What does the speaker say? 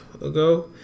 ago